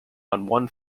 one